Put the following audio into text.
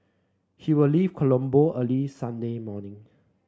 he will leave Colombo early Sunday morning